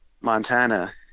Montana